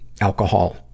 alcohol